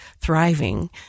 thriving